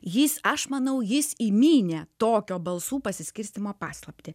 jis aš manau jis įmynė tokio balsų pasiskirstymo paslaptį